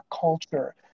culture